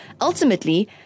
ultimately